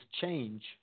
change